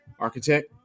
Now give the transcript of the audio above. architect